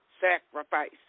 sacrifice